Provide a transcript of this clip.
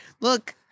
Look